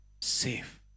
safe